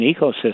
ecosystem